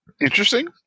Interesting